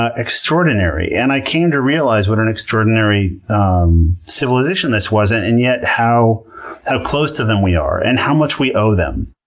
ah extraordinary and i came to realize what an extraordinary civilization this was, and yet how how close to them we are and how much we owe them.